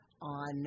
on